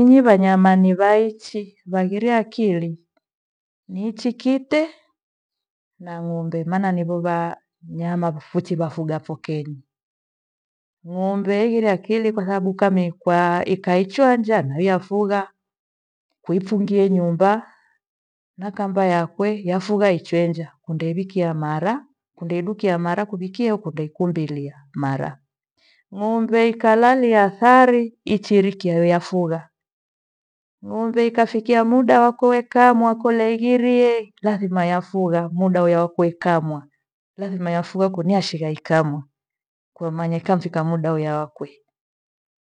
Inyi vanyama nivaichi waghire akili ni ichi kite na ng'ombe. Maana nivo va- nyama vuchivafuga hapho kenyi. Ng’umbe ighire akili kwathababu kamekwa ikaichuanja nawia fugha. Kuifungie nyumba na kamba yakwe yafughwa ichwenja kundeiwikia mara, kundeidukia mara kuvikia au kundeikumbilia mara. Ng'ombe ikalaria thari ichirikia yawe yafugha, ng'ombe ikafikia muda wako wekamua kole ighirie lathima yafugha muda wakwe ikamua, lazima yafugha kuni yashika ikamwa. Kwamanya ikamfika muda wiya wakwe